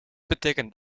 betekent